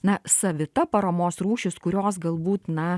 na savita paramos rūšis kurios galbūt na